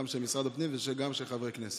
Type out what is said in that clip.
גם של משרד הפנים וגם של חברי הכנסת.